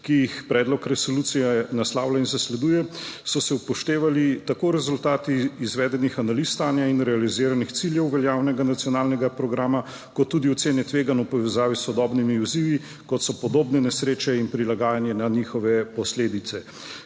ki jih predlog resolucije naslavlja in zasleduje, so se upoštevali tako rezultati izvedenih analiz stanja in realiziranih ciljev veljavnega nacionalnega programa kot tudi ocene tveganj v povezavi s sodobnimi izzivi, kot so podobne nesreče in prilagajanje na njihove posledice.